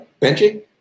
Benji